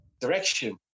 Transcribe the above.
direction